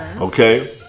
Okay